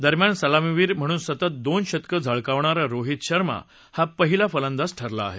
दरम्यानसलामीवीर म्हणून सतत दोन शतकं झळकावणारा रोहित शर्मा हा पहिला फलंदाज ठरला आहे